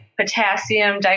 potassium